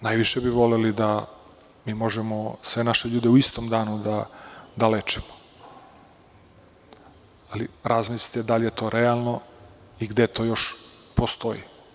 Najviše bi voleli da mi možemo sve naše ljude u istom danu da lečimo, ali razmislite da li je to realno i gde to još postoji?